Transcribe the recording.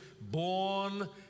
born